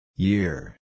Year